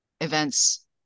events